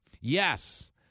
Yes